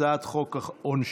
הצעת חוק העונשין.